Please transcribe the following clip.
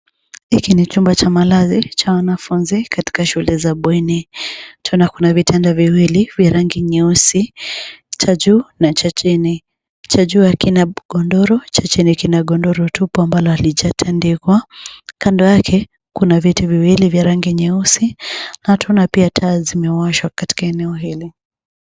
Hiki ni chumba cha malazi cha wanafunzi katika shule za bweni. Tunaona kuna vitanda viwili vya rangi nyeusi; cha juu na cha chini. Cha juu hakina godoro, cha chini kina godoro tupu ambalo halijatandikwa. Kando yake kuna viti viwili vya rangi nyeusi na tunaona pia taa zimewashwa katika eneo hili.